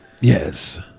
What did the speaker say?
Yes